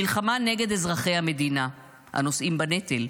מלחמה נגד אזרחי המדינה הנושאים בנטל,